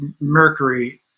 Mercury